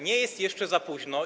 Nie jest jeszcze za późno.